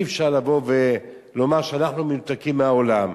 אי-אפשר לבוא ולומר שאנחנו מנותקים מהעולם.